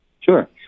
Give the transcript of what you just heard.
Sure